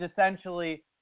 essentially